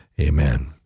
amen